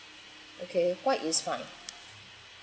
okay white is fine